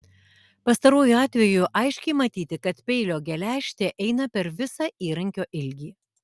pastaruoju atveju aiškiai matyti kad peilio geležtė eina per visą įrankio ilgį